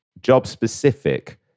job-specific